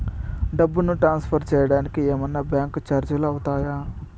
డబ్బును ట్రాన్స్ఫర్ సేయడానికి ఏమన్నా బ్యాంకు చార్జీలు అవుతాయా?